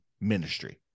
ministry